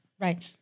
Right